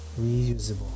reusable